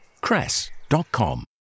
cress.com